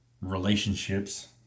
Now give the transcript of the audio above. relationships